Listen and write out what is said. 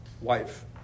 wife